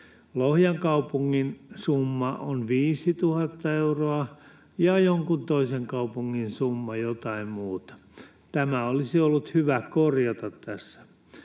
Lohjan kaupungin summa on 5 000 euroa, ja jonkun toisen kaupungin summa jotain muuta. Tämä olisi ollut hyvä korjata tässä.